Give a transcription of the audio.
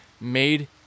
made